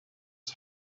his